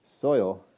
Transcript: soil